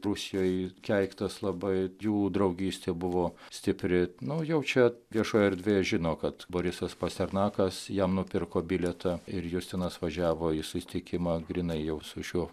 prūsijoj keiktas labai jų draugystė buvo stipri nu jau čia viešoj erdvėje žino kad borisas pasternakas jam nupirko bilietą ir justinas važiavo į susitikimą grynai jau su šiuo